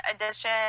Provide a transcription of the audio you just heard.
edition